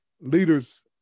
leaders